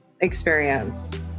experience